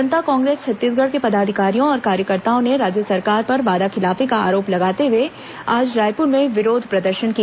जनता कांग्रेस छत्तीसगढ़ के पदाधिकारियों और कार्यकर्ताओं ने राज्य सरकार पर वादाखिलाफी का आरोप लगाते हुए आज रायपुर में विरोध प्रदर्शन किया